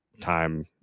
time